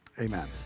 amen